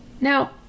Now